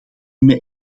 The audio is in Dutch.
mij